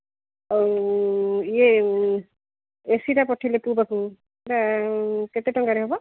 ଆଉ ଇଏ ଏସିଟା ପଠାଇଲେ ପୁଅ ପାଖକୁ ନା କେତେ ଟଙ୍କାରେ ହେବ